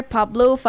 Pablo